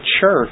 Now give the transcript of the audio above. church